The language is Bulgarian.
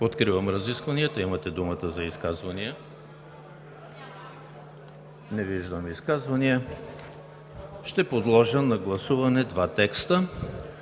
Откривам разискванията. Имате думата за изказвания. Не виждам желаещи за изказвания. Ще подложа на гласуване два текста.